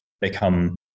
become